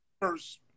first